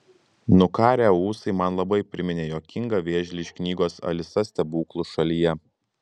nukarę ūsai man labai priminė juokingą vėžlį iš knygos alisa stebuklų šalyje